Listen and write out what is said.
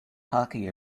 hockey